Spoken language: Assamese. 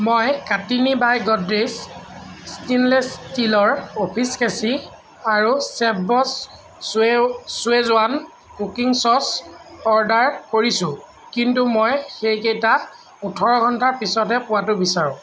মই কাৰ্টিনী বাই গডৰেজ ষ্টেইনলেছ ষ্টীলৰ অফিচ কেঁচি আৰু চেফবছ শ্বে শ্বেজৱান কুকিং ছচ অৰ্ডাৰ কৰিছোঁ কিন্তু মই সেইকেইটা ওঠৰ ঘণ্টাৰ পিছতহে পোৱাটো বিচাৰোঁ